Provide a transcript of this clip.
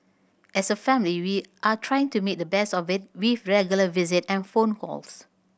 as a family we are trying to make the best of it with regular visits and phone calls